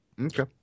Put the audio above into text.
Okay